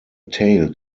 tail